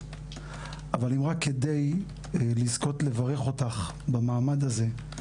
אבל רק כדי לזכות לברך אותך במעמד הזה,